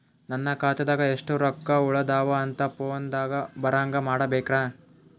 ನನ್ನ ಖಾತಾದಾಗ ಎಷ್ಟ ರೊಕ್ಕ ಉಳದಾವ ಅಂತ ಫೋನ ದಾಗ ಬರಂಗ ಮಾಡ ಬೇಕ್ರಾ?